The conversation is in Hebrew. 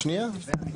שנייה, שנייה.